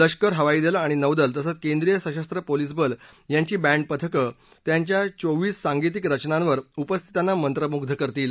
लष्कर हवाईदल आणि नौदल तसंच केंद्रीय सशस्त्र पोलीस बल यांची बॅन्ड पथकं त्यांच्या चोवीस सांगितिक रचनांवर उपस्थितांना मंत्रमुग्ध करतील